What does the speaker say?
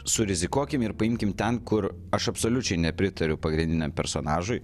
surizikuokim ir paimkim ten kur aš absoliučiai nepritariu pagrindiniam personažui